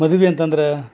ಮದುವೆ ಅಂತಂದ್ರೆ